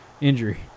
injury